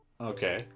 Okay